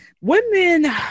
Women